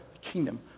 kingdom